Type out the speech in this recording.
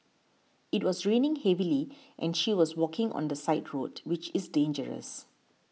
it was raining heavily and she was walking on the side road which is dangerous